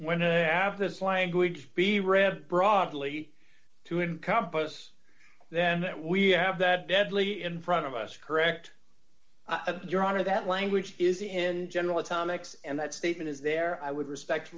i have this language be read broadly to encompass then that we have that deadly in front of us correct your honor that language is in general atomics and that statement is there i would respect